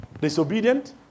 Disobedient